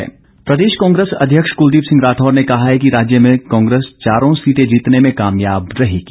कांग्रेस प्रदेश कांग्रेस अध्यक्ष कुलदीप सिंह राठौर ने कहा है कि राज्य में कांग्रेस चारों सीटें जीतने में कामयाब रहेगी